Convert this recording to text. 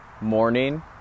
morning